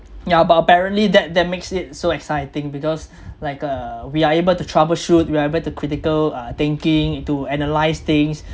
yeah but apparently that that makes it so exciting because like uh we are able to troubleshoot we are able to critical uh thinking to analyze things